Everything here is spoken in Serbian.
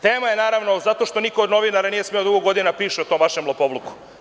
Tema je, naravno, zato što niko od novinara nije smeo dugo godina da piše o tom vašem lopovluku.